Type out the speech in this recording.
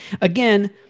again